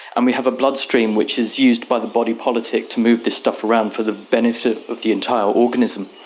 and we have a bloodstream which is used by the body politic to move this stuff around for the benefit of the entire organism.